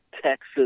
Texas